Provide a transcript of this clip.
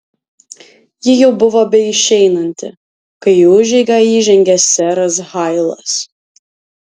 ji jau buvo beišeinanti kai į užeigą įžengė seras hailas